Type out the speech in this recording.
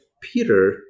Peter